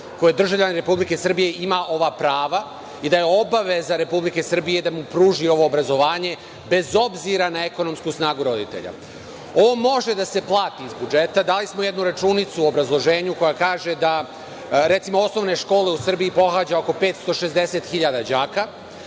je državljanin Republike Srbije ima ova prava i da je obaveza Republike Srbije da mu pruži ovo obrazovanje bez obzira na ekonomsku snagu roditelja. Ovo može da se plati iz budžeta. Dali smo jednu računicu u obrazloženju koja kaže da, recimo, osnovne škole u Srbiji pohađa oko 560 hiljada